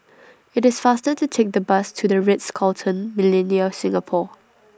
IT IS faster to Take The Bus to The Ritz Carlton Millenia Singapore